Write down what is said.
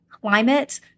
climate